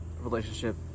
relationship